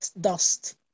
Dust